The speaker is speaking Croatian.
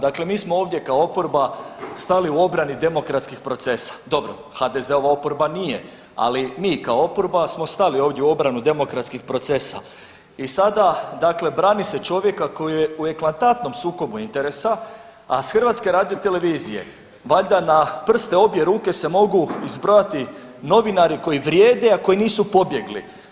Dakle, mi smo ovdje kao oporba stali u obrani demokratskih procesa, dobro HDZ-ova oporba nije, ali mi kao oporba smo stali ovdje u obranu demokratskih procesa i sada, dakle brani se čovjeka koji je u eklatantnom sukobu interesa, a s HRT-a valjda na prste obje ruke se mogu izbrojati novinari koji vrijede, a koji nisu pobjegli.